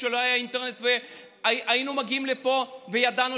כשלא היה אינטרנט והיינו מגיעים לפה וידענו